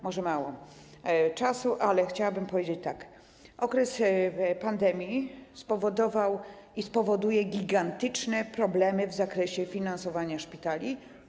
Może jest mało czasu, ale chciałabym powiedzieć tak: okres pandemii spowodował i powoduje gigantyczne problemy w zakresie finansowania szpitali.